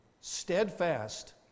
Steadfast